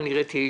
לא יהיה